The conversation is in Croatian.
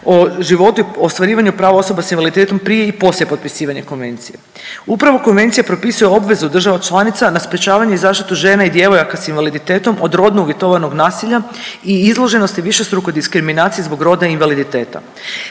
o životu i ostvarivanju prava osoba sa invaliditetom prije i poslije potpisivanja konvencije. Upravo konvencija propisuje obvezu država članica na sprječavanje i zaštitu žena i djevojaka sa invaliditetom od rodno uvjetovanog nasilja i izloženosti i višestrukoj diskriminaciji zbog roda i invaliditeta.